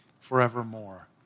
forevermore